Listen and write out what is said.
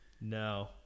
No